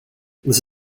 this